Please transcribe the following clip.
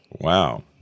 Wow